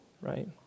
right